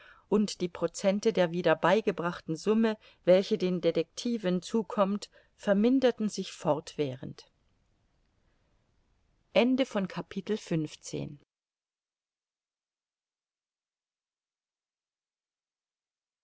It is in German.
und die procente der wieder beigebrachten summe welche den detectiven zukommen verminderten sich fortwährend